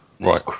Right